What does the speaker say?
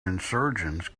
insurgents